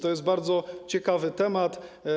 To jest bardzo ciekawy temat.